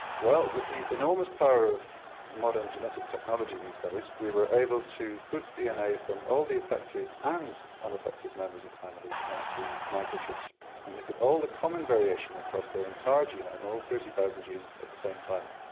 well with the enormous power of modern genetic technology these days we were able to put dna from all the affected and unaffected members of the families onto microchips and look at all the common variation across the entire genome, all thirty thousand genes at the same time.